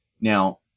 Now